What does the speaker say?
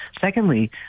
Secondly